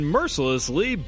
mercilessly